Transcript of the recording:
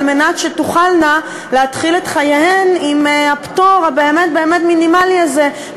על מנת שתוכלנה להתחיל את חייהן עם הפטור המינימלי הזה.